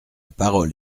parole